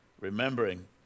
remembering